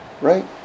Right